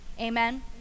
Amen